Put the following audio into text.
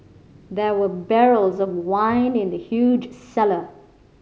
there were barrels of wine in the huge cellar